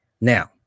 Now